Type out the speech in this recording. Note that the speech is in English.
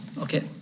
Okay